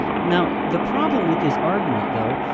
now the problem with this argument, though,